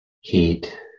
heat